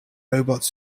robots